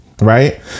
right